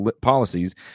policies